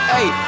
Hey